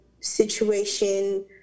situation